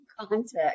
context